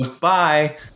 bye